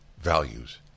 values